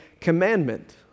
commandment